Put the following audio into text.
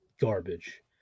garbage